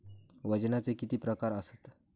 वजनाचे किती प्रकार आसत?